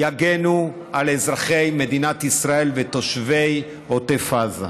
יגנו על אזרחי מדינת ישראל ותושבי עוטף עזה.